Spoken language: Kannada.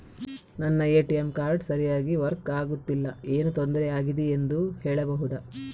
ನನ್ನ ಎ.ಟಿ.ಎಂ ಕಾರ್ಡ್ ಸರಿಯಾಗಿ ವರ್ಕ್ ಆಗುತ್ತಿಲ್ಲ, ಏನು ತೊಂದ್ರೆ ಆಗಿದೆಯೆಂದು ಹೇಳ್ಬಹುದಾ?